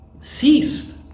ceased